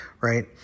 right